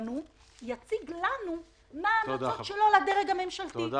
לנו יציג לנו מה ההמלצות שלו לדרג הממשלתי,